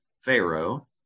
Pharaoh